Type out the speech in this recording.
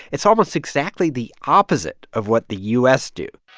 it's almost exactly the opposite of what the u s. do